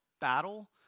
battle